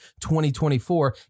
2024